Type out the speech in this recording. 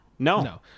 No